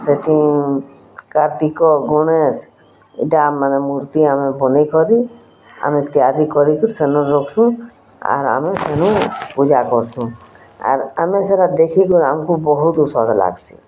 ସେଥୁ କାର୍ତ୍ତିକ ଗଣେଶ ଗାଁମାନେ ମୂର୍ତ୍ତି ଆମେ ବନେଇ କରି ଆମେ ତିଆରି କରିକି ସେନୁଁ ରଖ୍ସୁଁ ଆର୍ ଆମେ ପୂଜା କରସୁଁ ଆର୍ ଆମେ ସେଇଟା ଦେଖି କି ଆମକୁ ବହୁତ ଉତ୍ସାହ ଲାଗ୍ସି